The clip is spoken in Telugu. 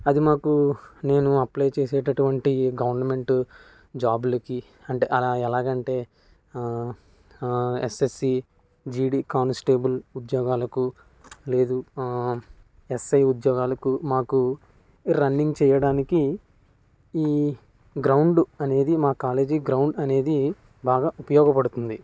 అది మాకు నేను అప్లై చేసేటటువంటి గవర్నమెంట్ జాబ్లకి అంటే అలా ఎలాగంటే ఎస్ఎస్సీ జీడీ కానిస్టేబుల్ ఉద్యోగాలకు లేదా ఎస్ఐ ఉద్యోగాలకు మాకు రన్నింగ్ చేయడానికి ఈ గ్రౌండు అనేది మా కాలేజీ గ్రౌండ్ అనేది బాగా ఉపయోగపడుతుంది